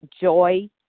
joy